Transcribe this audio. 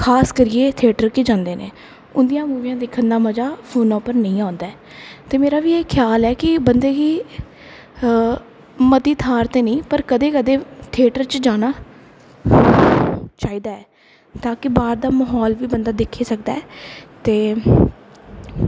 खास करियै थेटर च जंदे न उंदियां मूवी दिक्खन थेटर च गै मज़ा आंदा ऐ ते मेरा बी ख्याल ऐ की बंदे गी मती थाहर ते नेईं पर कदें कदें थेटर च जाना ता की बाहर दा म्हौल बी बंदा दिक्खी सकदा ऐ ते